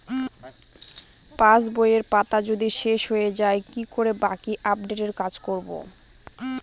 পাসবইয়ের পাতা যদি শেষ হয়ে য়ায় কি করে বাকী আপডেটের কাজ করব?